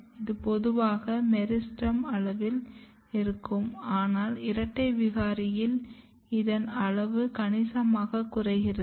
இது பொதுவாக மெரிஸ்டெம் அளவில் இருக்கும் ஆனால் இரட்டை விகாரியில் இதன் அளவு கணிசமாகக் குறைகிறது